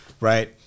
Right